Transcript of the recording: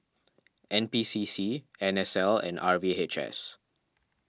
N P C C N S L and R V H S